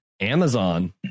Amazon